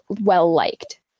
well-liked